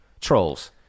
Trolls